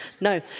No